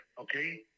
okay